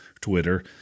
Twitter